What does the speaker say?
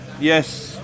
yes